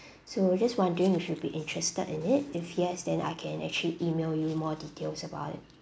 so just wondering if you'd be interested in it if yes then I can actually email you more details about it